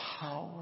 power